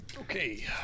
Okay